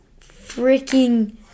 freaking